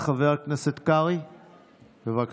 החזרת קצת את הכנסת הלילה לשפיות בדיוני הוועדה.